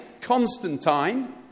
Constantine